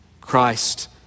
Christ